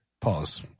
pause